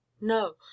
no